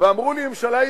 ואמרו לי ממשלה יציבה.